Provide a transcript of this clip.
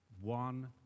one